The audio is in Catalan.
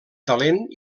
talent